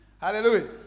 Hallelujah